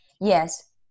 yes